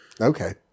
okay